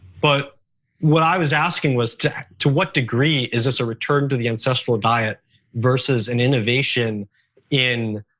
but what i was asking was to what degree is this a return to the ancestral diet versus an innovation in